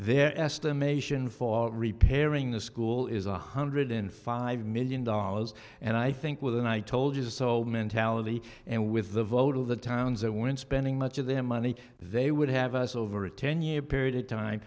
their estimation for repairing the school is a hundred and five million dollars and i think with an i told you so mentality and with the vote of the towns that were in spending much of their money they would have us over a ten year period of time